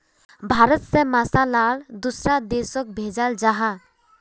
भारत से मसाला ला दुसरा देशोक भेजल जहा